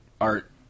art